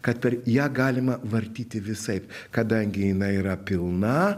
kad per ją galima vartyti visaip kadangi jinai yra pilna